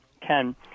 Ken